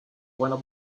bueno